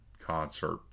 concert